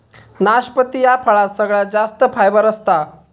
नाशपती ह्या फळात सगळ्यात जास्त फायबर असता